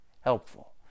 helpful